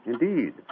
Indeed